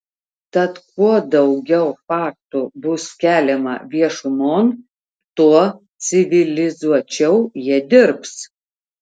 tad kuo daugiau faktų bus keliama viešumon tuo civilizuočiau jie dirbs